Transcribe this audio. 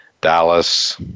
Dallas